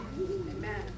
Amen